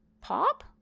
Pop